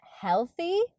healthy